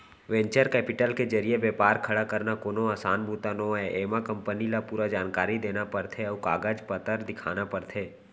venture capital के जरिए बेपार खड़ा करना कोनो असान बूता नोहय एमा कंपनी ल पूरा जानकारी देना परथे अउ कागज पतर दिखाना परथे